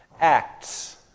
ACTS